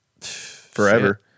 Forever